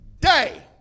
day